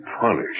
punished